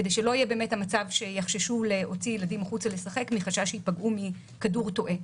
כדי שלא יחששו להוציא ילדים לשחק בחוץ מחשש שמא ייפגעו מכדור טועה.